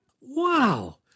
wow